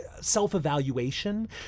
self-evaluation